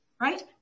Right